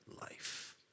life